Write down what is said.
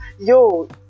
yo